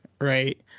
right